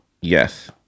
Yes